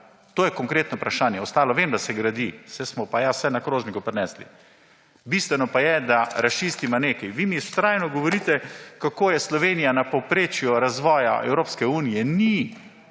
To je konkretno vprašanje. Ostalo vem, da se gradi, saj smo pa ja vse na krožniku prinesli. Bistveno pa je, da razčistiva nekaj. Vi mi vztrajno govorite, kako je Slovenija na povprečju razvoja Evropske unije. Ni.